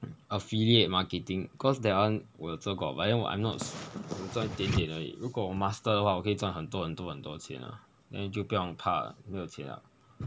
affiliate marketing cause that one 我有做过 but then 我 I'm not 我赚一点点而已如果我 master 的话我可以赚很多很多很多钱 then 就不用怕没有钱了